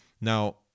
Now